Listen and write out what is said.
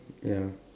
ya